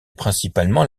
principalement